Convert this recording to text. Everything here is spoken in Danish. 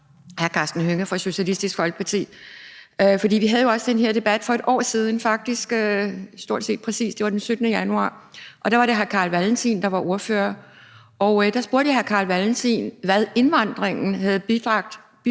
hr. Karsten Hønge fra Socialistisk Folkeparti et spørgsmål. Vi havde jo også den her debat stort set præcis for næsten et år siden – det var den 17. januar – og der var det hr. Carl Valentin, der var ordfører, og der spurgte jeg hr. Carl Valentin, hvad indvandringen havde bibragt